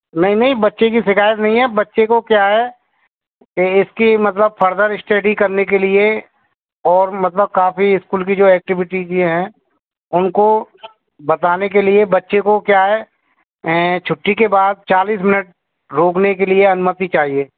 नहीं नहीं बच्चे की शिकायत नहीं है बच्चे को क्या है यह इसकी मतलब फर्दर स्टडी करने के लिए और मतलब काफ़ी स्कूल की जो एक्टिविटी की है उनको बताने के लिए बच्चे को क्या है छुट्टी के बाद चालीस मिनट रोकने के लिए अनुमति चाहिए